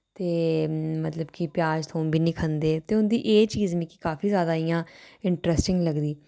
ते मतलब कि प्याज थूम बी निं खंदे ते उं'दी एह् चीज मिकी काफी जैदा इ'यां इंटरैस्टिंग लगदी